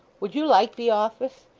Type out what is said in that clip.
would you like the office?